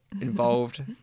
involved